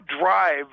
drive